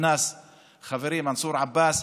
נכנס חברי מנסור עבאס,